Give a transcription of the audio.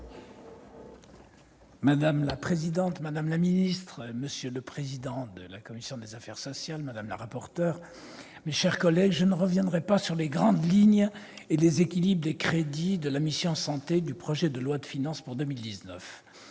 Madame la présidente, madame la ministre, monsieur le président de la commission des affaires sociales, madame la rapporteur pour avis, monsieur le rapporteur spécial, mes chers collègues, je ne reviendrai pas sur les grandes lignes et les équilibres des crédits de la mission « Santé » du projet de loi de finances pour 2019.